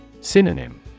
Synonym